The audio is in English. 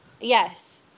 Yes